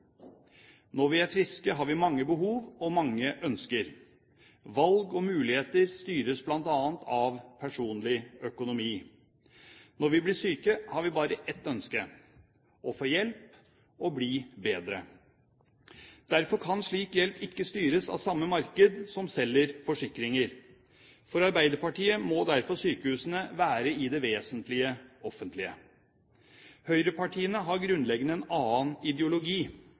Når vi er friske, har vi mange behov og mange ønsker. Valg og muligheter styres bl.a. av personlig økonomi. Når vi blir syke, har vi bare ett ønske: å få hjelp og bli bedre. Derfor kan slik hjelp ikke styres av samme marked som selger forsikringer. For Arbeiderpartiet må derfor sykehusene i det alt vesentlige være offentlige. Høyrepartiene har grunnleggende en annen ideologi.